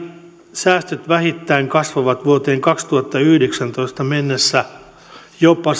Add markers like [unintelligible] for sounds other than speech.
säästöt vähittäin kasvavat vuoteen kaksituhattayhdeksäntoista mennessä jopa [unintelligible]